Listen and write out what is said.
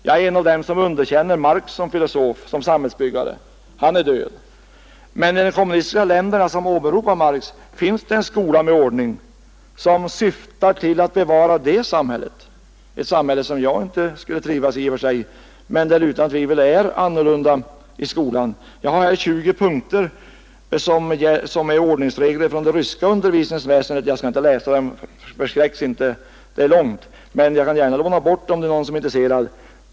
Jag är en av dem som underkänner Marx som filosof och samhällsbyggare. Han är död. Men i de kommunistiska länder som åberopar Marx finns en skola med ordning och som syftar till att bevara det samhället, ett samhälle som jag inte i och för sig skulle trivas i men där det utan tvivel är annorlunda i skolan. Jag har här 20 punkter som är ordningsregler enligt det ryska undervisningsväsendet — jag skall inte läsa upp dem, så förskräcks inte! Det är ett långt stycke. Men jag kan gärna låna ut det om det är någon som är intresserad.